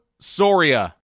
Soria